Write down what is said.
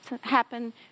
happen